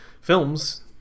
films